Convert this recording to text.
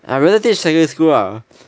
I rather teach secondary school ah